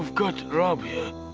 got rab here.